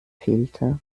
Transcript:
fehlte